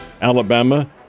Alabama